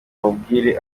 umubwire